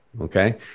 Okay